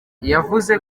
yavuze